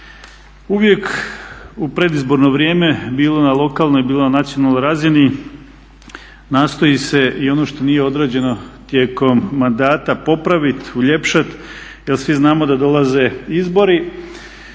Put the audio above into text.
Uvijek u predizborno vrijeme bilo na lokalnoj, bilo na nacionalnoj razini nastoji se i ono što nije odrađeno tijekom mandata popravit, uljepšat jer svi znamo da dolaze izbori,